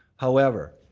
however,